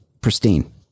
pristine